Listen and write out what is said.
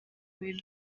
biba